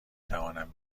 توانم